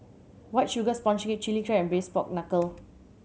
White Sugar Sponge Cake Chili Crab and Braised Pork Knuckle